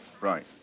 Right